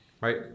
right